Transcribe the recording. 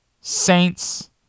Saints